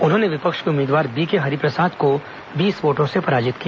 उन्होंने विपक्ष के उम्मीदवार बी के हरिप्रसाद को बीस वोटों से पराजित किया